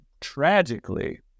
tragically